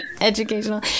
educational